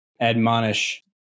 Admonish